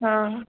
हां